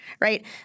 right